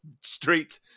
street